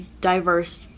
diverse